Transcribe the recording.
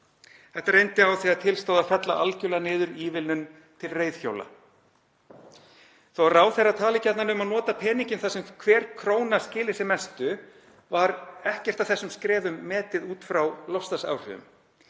Þetta reyndi á þegar til stóð að fella algerlega niður ívilnun til reiðhjóla. Þó að ráðherra tali gjarnan um að nota peninginn þar sem hver króna skili sem mestu var ekkert af þessum skrefum metið út frá loftslagsáhrifum.